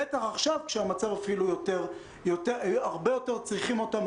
בטח עכשיו כשהרבה יותר צריכים אותם,